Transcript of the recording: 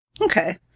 Okay